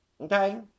Okay